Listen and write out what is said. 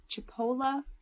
Chipola